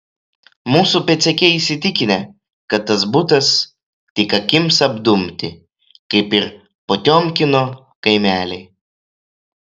mūsų pėdsekiai įsitikinę kad tas butas tik akims apdumti kaip ir potiomkino kaimeliai